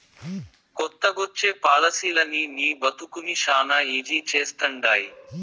కొత్తగొచ్చే పాలసీలనీ నీ బతుకుని శానా ఈజీ చేస్తండాయి